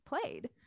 played